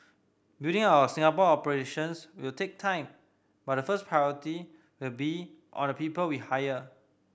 building our Singapore operations will take time but the first priority will be on the people we hire